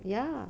ya